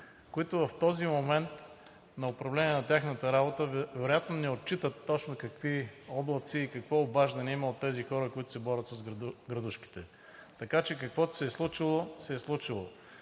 които в този момент на управление на тяхната работа вероятно не отчитат точно какви облаци има, какво обаждане има от тези хора, които се борят с градушките, така че каквото се е случило, се е случило!